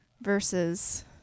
versus